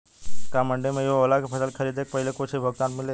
का मंडी में इहो होला की फसल के खरीदे के पहिले ही कुछ भुगतान मिले?